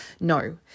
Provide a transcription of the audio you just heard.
No